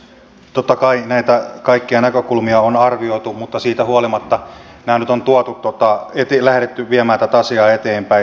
totta kai näitä kaikkia näkökulmia on arvioitu mutta siitä huolimatta on nyt lähdetty viemään tätä asiaa eteenpäin